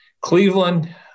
Cleveland